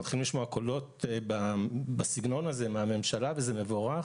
אנחנו מתחילים לשמוע קולות בסגנון הזה מהממשלה וזה מבורך,